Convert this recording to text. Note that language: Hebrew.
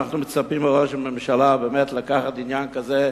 אנחנו מצפים מראש הממשלה לקחת עניין כזה בידיים,